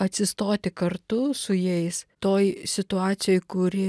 atsistoti kartu su jais toj situacijoj kuri